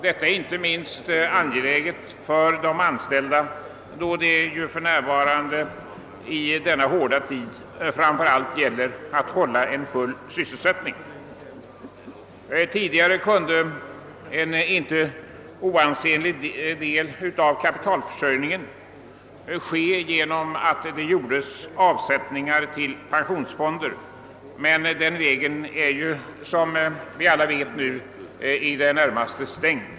Frågan är inte minst angelägen för de anställda, då det ju i denna hårda tid framför allt gäller att ha full sysselsättning. Tidigare kunde en inte oansenlig del av kapitalförsörjningen ske genom avsättningar till pensionsfonder, men den vägen är nu, som vi alla vet, i det närmaste stängd.